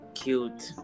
cute